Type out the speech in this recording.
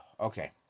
Okay